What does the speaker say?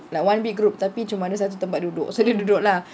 like one big group tapi cuma ada satu tempat duduk so dia duduk lah